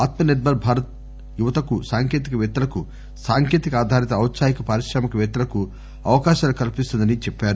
ఆత్మ నిర్బర్ భారత్ యువతకు సాంకేతిక పేత్తలకు సాంకేతిక ఆధారిత ఔత్పాహిక పారిశ్రామిక వేత్తలకు అవకాశాలు కల్పిస్తుందని చెప్పారు